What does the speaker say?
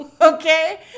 okay